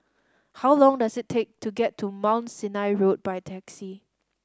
how long does it take to get to Mount Sinai Road by taxi